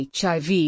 HIV